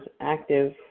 active